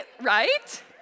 Right